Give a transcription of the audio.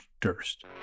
Durst